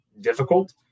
difficult